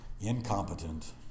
incompetent